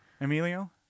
Emilio